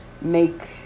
make